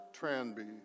Tranby